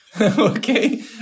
okay